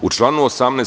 U članu 18.